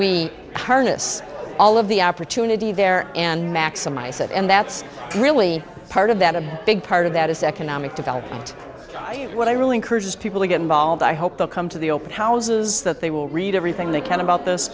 harness all of the opportunity there and maximize it and that's really part of that a big part of that is economic development and what i really encourage people to get involved i hope they'll come to the open houses that they will read everything they can about this